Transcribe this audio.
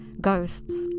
ghosts